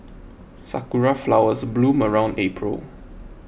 sakura flowers bloom around April